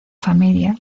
familia